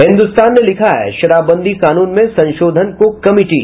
हिन्दुस्तान ने लिखा है शराबबंदी कानून में संशोधन को कमिटी